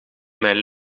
mijn